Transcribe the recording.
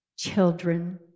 children